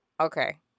Okay